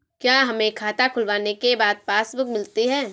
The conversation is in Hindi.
क्या हमें खाता खुलवाने के बाद पासबुक मिलती है?